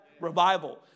Revival